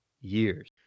years